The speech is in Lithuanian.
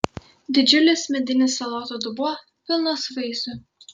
didžiulis medinis salotų dubuo pilnas vaisių